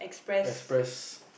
express